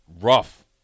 rough